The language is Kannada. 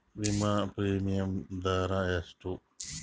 ವಿಮಾ ಪ್ರೀಮಿಯಮ್ ದರಾ ಎಷ್ಟು?